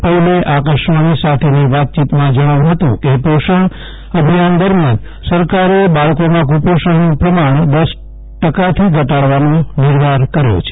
પૌલે આકાશવાણી સાથેની વાતચીતમાં જણાવ્યુ હતુ કે પોષણ અભિયાન દરમિયાન સરકારે બાળકોમાં કુપોષણનું પ્રમાણ ઘટાડવાનો નિર્ધાર કર્યો છે